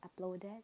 uploaded